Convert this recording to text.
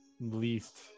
least